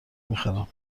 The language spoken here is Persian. میخرم